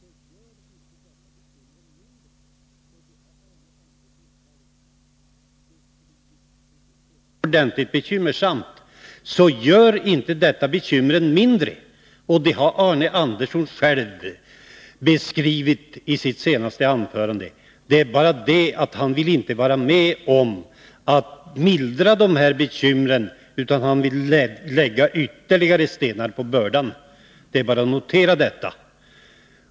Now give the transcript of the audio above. Herr talman! Låt mig först till Arne Andersson säga att jag inte tror att vi bara skall tala om livsmedelssubventionerna. Men situationen är nu den att de tas bort i ett läge som är utomordentligt bekymmersamt för jordbrukarna, och detta gör inte bekymren mindre. Det har Arne Andersson själv beskrivit i sitt senaste anförande. Det är bara det att han inte vill vara med om att mildra bekymren, utan han vill lägga ytterligare sten på börda. Det är bara att notera detta.